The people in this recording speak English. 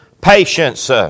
patience